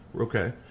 Okay